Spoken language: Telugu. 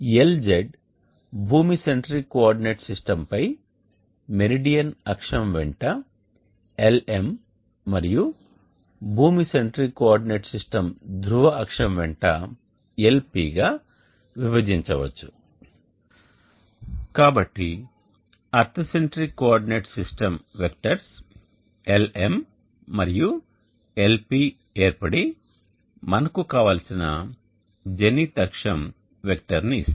Lz భూమి సెంట్రిక్ కోఆర్డినేట్ సిస్టమ్పై మెరిడియన్ అక్షం వెంట Lm మరియు భూమి సెంట్రిక్ కోఆర్డినేట్ సిస్టమ్ ధ్రువ అక్షం వెంట Lp గా విభజించ వచ్చు కాబట్టిఎర్త్ centric coordinate system vectors Lm మరియు Lp ఏర్పడి మనకు కావలసిన జెనిత్ అక్షం వెక్టర్ని ఇస్తాయి